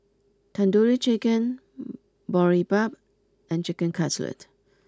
Tandoori Chicken Boribap and Chicken Cutlet